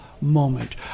moment